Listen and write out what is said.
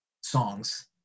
songs